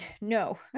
no